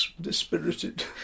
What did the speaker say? dispirited